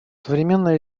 современной